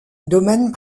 domaine